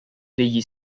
degli